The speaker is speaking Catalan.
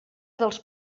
dels